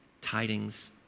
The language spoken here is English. Tidings